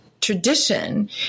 tradition